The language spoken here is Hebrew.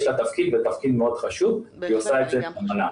יש לה תפקיד ותפקיד מאוד חשוב והיא עושה את זה נאמנה.